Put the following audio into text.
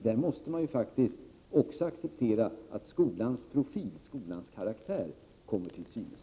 Man måste faktiskt också acceptera att skolans profil, skolans karaktär, kommer till synes.